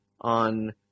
on